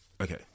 okay